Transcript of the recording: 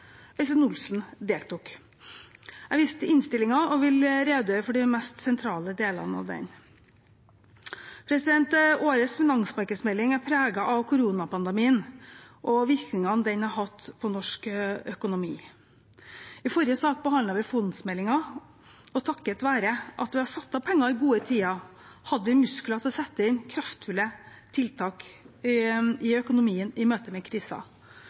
deltok. Jeg viser til innstillingen og vil redegjøre for de mest sentrale delene av den. Årets finansmarkedsmelding er preget av koronapandemien og virkningene den har hatt på norsk økonomi. I forrige sak behandlet vi fondsmeldingen, og takket være at vi har satt av penger i gode tider, hadde vi muskler til å sette inn kraftfulle tiltak i økonomien i møte med